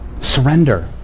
Surrender